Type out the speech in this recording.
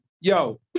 yo